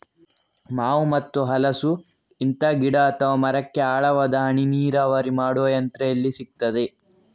ಮಾವು ಮತ್ತು ಹಲಸು, ಇಂತ ಗಿಡ ಅಥವಾ ಮರಕ್ಕೆ ಆಳವಾದ ಹನಿ ನೀರಾವರಿ ಮಾಡುವ ಯಂತ್ರ ಎಲ್ಲಿ ಸಿಕ್ತದೆ?